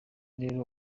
rero